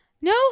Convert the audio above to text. No